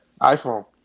iPhone